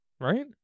right